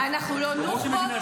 אנחנו לא נוח'בות,